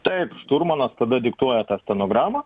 taip šturmanas tada diktuoja tą stenogramą